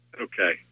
Okay